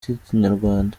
z’ikinyarwanda